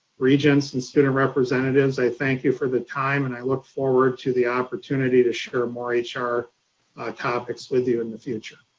regents and student representatives. i thank you for the time and i look forward to the opportunity to share more ah hr topics with you in the future.